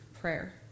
prayer